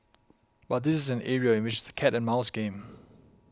but this is an area in which it's a cat and mouse game